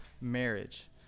marriage